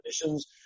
conditions